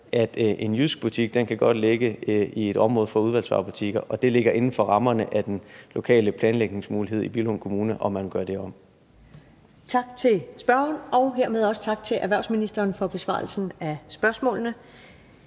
at en JYSK-butik godt kan ligge i et område for udvalgsvarebutikker, og det ligger inden for rammerne at den lokale planlægningsmulighed i Billund Kommune, om man vil gøre det om. Kl. 17:10 Første næstformand (Karen Ellemann): Tak til spørgeren. Hermed også tak til erhvervsministeren for besvarelsen af spørgsmålene.